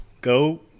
Go